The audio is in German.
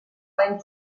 einen